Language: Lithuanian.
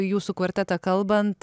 jūsų kvartetą kalbant